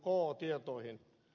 tietoihin